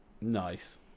Nice